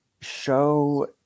show